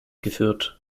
geführt